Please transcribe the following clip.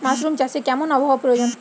Mushroom চাষে কেমন আবহাওয়ার প্রয়োজন?